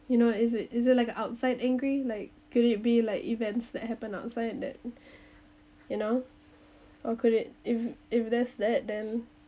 you know is it is it like a outside angry like could it be like events that happen outside that you know or could it if if there's that then